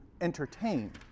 entertain